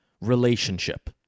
relationship